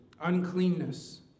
uncleanness